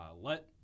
Let